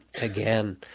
Again